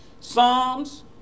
Psalms